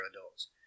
adults